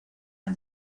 han